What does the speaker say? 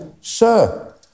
sir